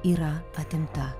yra atimta